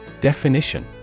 Definition